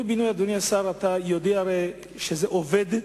אדוני השר, אתה הרי יודע שזה עובד,